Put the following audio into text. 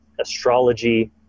astrology